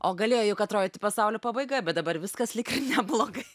o galėjo juk atrodyti pasaulio pabaiga bet dabar viskas lyg ir neblogai